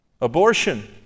Abortion